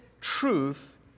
truth